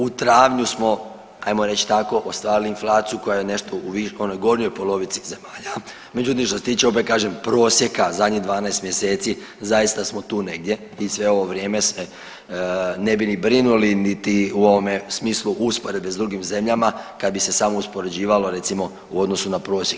Da, u travnju smo ajmo reći tako ostvarili inflaciju koja je nešto u onoj gornjoj polovici zemalja, međutim što se tiče opet kažem prosjeka zadnjih 12 mjeseci zaista smo tu negdje i sve ovo vrijeme se ne bi ni brinuli niti u ovome smislu usporedbe s drugim zemljama kad bi se samo uspoređivalo recimo u odnosu na prosjek.